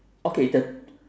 okay the